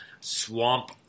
Swamp